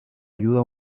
ayuda